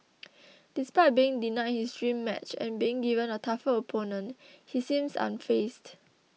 despite being denied his dream match and being given a tougher opponent he seems unfazed